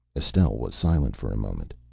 estelle was silent for a moment.